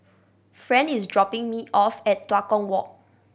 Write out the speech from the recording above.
friend is dropping me off at Tua Kong Walk